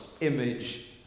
image